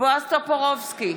בועז טופורובסקי,